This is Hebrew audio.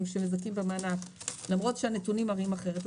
שמזכים במענק למרות שהנתונים מראים אחרת,